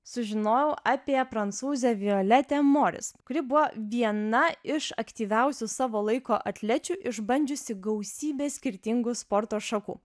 sužinojau apie prancūzę violete moris kuri buvo viena iš aktyviausių savo laiko atlečių išbandžiusi gausybę skirtingų sporto šakų